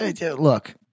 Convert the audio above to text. Look